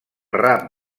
rap